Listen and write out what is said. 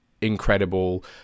incredible